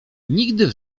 nigdy